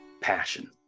passion